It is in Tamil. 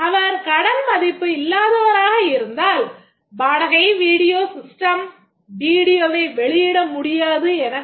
அவர் கடன் மதிப்பு இல்லாதவராக இருந்தால் வாடகை வீடியோ system வீடியோவை வெளியிட முடியாது என கூறும்